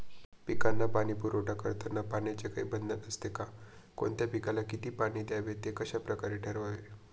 पिकांना पाणी पुरवठा करताना पाण्याचे काही बंधन असते का? कोणत्या पिकाला किती पाणी द्यावे ते कशाप्रकारे ठरवावे?